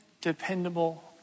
dependable